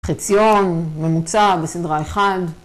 חציון ממוצע בסדרה 1